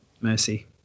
Mercy